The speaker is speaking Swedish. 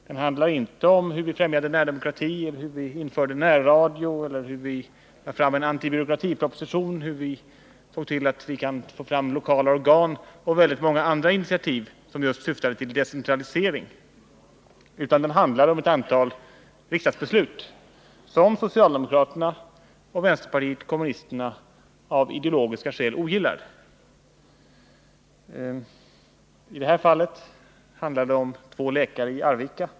Den handlar inte om hur vi främjade närdemokrati, hur vi införde närradio, hur vi lade fram en antibyråkratiproposition, hur vi såg till att vi kan få fram lokala organ eller många av de andra initiativ som just syftade till en decentralisering, utan den handlar om ett antal riksdagsbeslut som socialdemokraterna och vänsterpartiet kommunisterna av ideologiska skäl ogillar. I det här fallet handlar det om två läkare i Arvika.